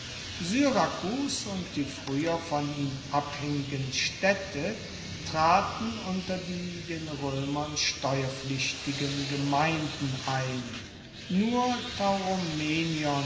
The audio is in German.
syrakus und die frueher von ihm abhaengigen staedte traten unter die den roemern steuerpflichtigen gemeinden ein nur